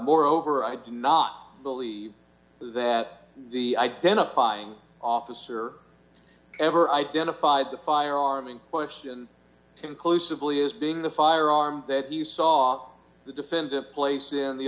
moreover i do not believe that the identifying officer ever identified the firearm in question conclusively is being the firearm that you saw the defendant placed in the